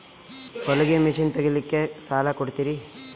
ಹೊಲಗಿ ಮಷಿನ್ ತೊಗೊಲಿಕ್ಕ ಸಾಲಾ ಕೊಡ್ತಿರಿ?